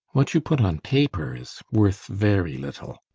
what you put on paper is worth very little.